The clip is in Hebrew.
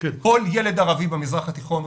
כל ילד ערבי במזרח התיכון,